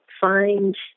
find